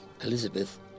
Elizabeth